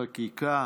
חקיקה.